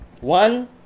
One